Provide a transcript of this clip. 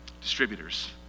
Distributors